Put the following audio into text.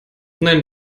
nein